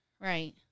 Right